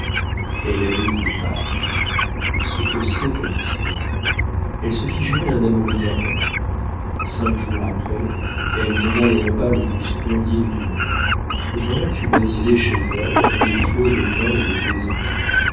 elle avait une rivale ce que c'est que l'instinct elle se fit jurer un amour éternel cinq jours après elle donna le repas le plus splendide du monde le journal fut baptisé chez elle dans des flots de vin et de plaisanteries